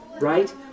Right